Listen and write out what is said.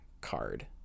card